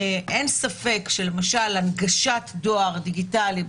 אין ספק שהנגשת דואר דיגיטלי למשל,